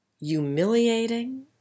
humiliating